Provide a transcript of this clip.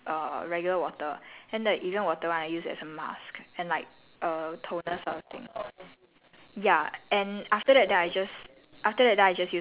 no I the kitchen salt is a different one then like err kitchen salt with err regular water then the evian water one I use as a mask and like err toner sort of thing